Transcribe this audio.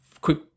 quick